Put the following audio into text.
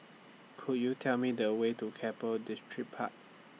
Could YOU Tell Me The Way to Keppel Distripark